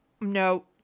No